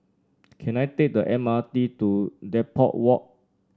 can I take the M R T to Depot Walk